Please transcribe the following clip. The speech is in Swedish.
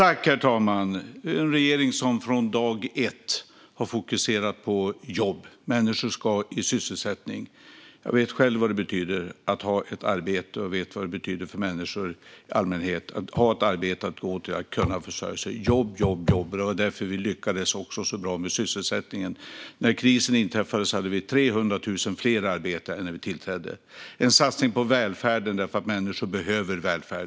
Fru talman! Den här regeringen har från dag ett fokuserat på jobben. Människor ska i sysselsättning. Jag vet själv vad det betyder att ha ett arbete, och vi vet vad det betyder för människor i allmänhet att ha ett arbete att gå till och kunna försörja sig. Jobb, jobb, jobb. Det var också därför som vi lyckades så bra med sysselsättningen. När krisen inträffade hade vi 300 000 fler i arbete än när vi tillträdde. Vi gör en satsning på välfärden, för människor behöver välfärd.